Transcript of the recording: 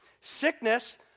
Sickness